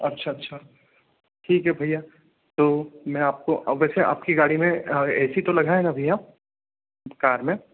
अच्छा अच्छा ठीक हैं भैया तो मैं आपको अब वैसे आपकी गाड़ी में ए सी तो लगा हैं ना भैया कार में